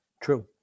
True